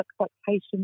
expectations